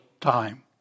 time